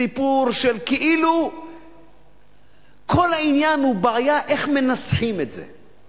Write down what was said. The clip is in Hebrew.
סיפור של כאילו כל העניין הוא בעיה איך מנסחים את זה.